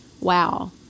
wow